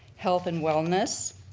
health and wellness,